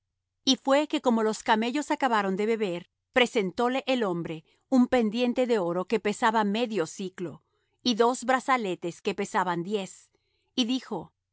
y fué que como los camellos acabaron de beber presentóle el hombre un pendiente de oro que pesaba medio siclo y dos brazaletes que pesaban diez y dijo de